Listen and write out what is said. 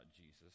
Jesus